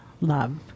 Love